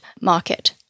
market